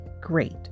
great